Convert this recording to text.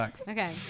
Okay